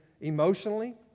emotionally